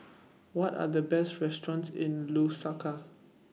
What Are The Best restaurants in Lusaka